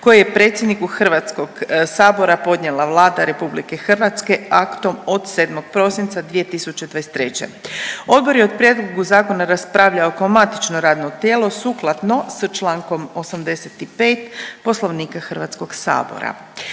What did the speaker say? koji je predsjedniku HS podnijela Vlada RH aktom od 7. prosinca 2023.. Odbor je o prijedlogu zakona raspravljao kao matično radno tijelo sukladno sa čl. 85. Poslovnika HS. Tijekom rasprave